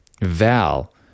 Val